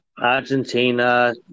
Argentina